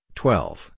twelve